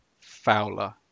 Fowler